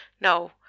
No